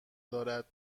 دارد